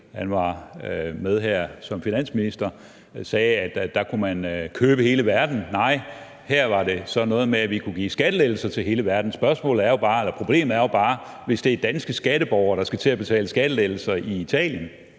han var med her som finansminister – at man kunne købe hele verden, nej, her var det noget med, at vi kunne give skattelettelser til hele verden. Problemet er bare, hvis det er danske skatteborgere, der skal til at betale skattelettelser i Italien